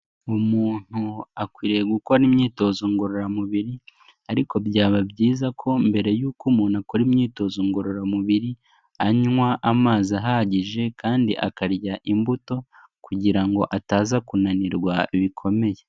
Umuntu akwiriye gukora imyitozo ngororamubiri, ariko byaba byiza ko mbere y'uko umuntu akora imyitozo ngororamubiri, anywa amazi ahagije kandi akarya imbuto kugira ngo ataza kunanirwa bikomeye.